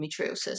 endometriosis